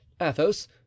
athos